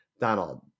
Donald